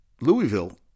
louisville